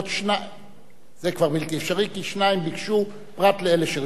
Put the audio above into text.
זה כבר בלתי אפשרי כי שניים ביקשו פרט לאלה שרשומים,